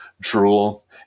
drool